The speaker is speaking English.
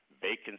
vacancy